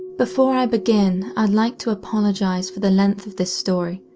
before i begin, i'd like to apologize for the length of this story,